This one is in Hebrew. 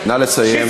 נא לסיים.